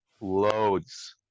loads